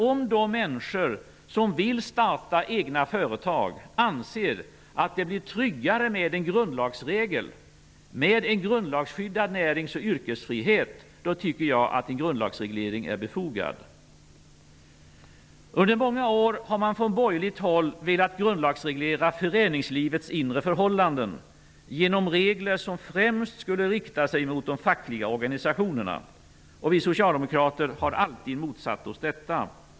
Om de människor som vill starta egna företag anser att det blir tryggare med en grundlagsskyddad närings och yrkesfrihet tycker jag att en grundlagsreglering är befogad. Under många år har man från borgerligt håll velat grundlagsreglera föreningslivets inre förhållanden genom regler som främst skulle rikta sig mot de fackliga organisationerna. Vi socialdemokrater har alltid motsatt oss detta.